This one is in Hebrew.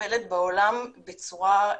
מטופלת בעולם בצורה הוליסטית,